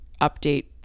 update